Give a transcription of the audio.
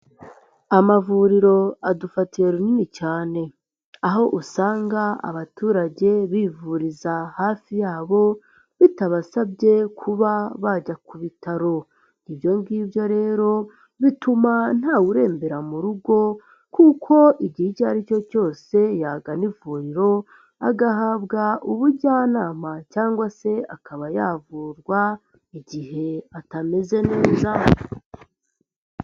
Amavuriro adufatiye runini cyane aho usanga abaturage bivuriza hafi yabo bitabasabye kuba bajya ku bitaro. Ibyo ngibyo rero bituma ntawurembera mu rugo kuko igihe icyo ari cyo cyose yagana ivuriro agahabwa ubujyanama cyangwa se akaba yavurwa igihe atameze neza.